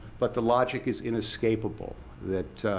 but the logic is inescapable that